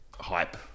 hype